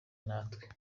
natwe